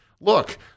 Look